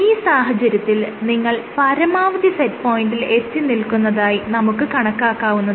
ഈ സാഹചര്യത്തിൽ നിങ്ങൾ പരമാവധി സെറ്റ് പോയിന്റിൽ എത്തിനിൽക്കുന്നതായി നമുക്ക് കണക്കാക്കാവുന്നതാണ്